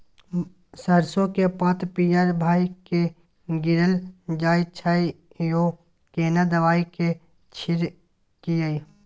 सरसो के पात पीयर भ के गीरल जाय छै यो केना दवाई के छिड़कीयई?